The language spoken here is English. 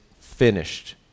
finished